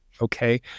okay